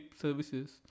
services